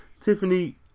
Tiffany